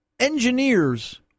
Engineers